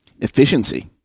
Efficiency